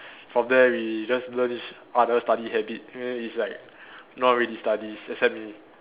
from there we just learn each other study habit then it's like no one really studies except me